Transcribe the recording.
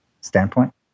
standpoint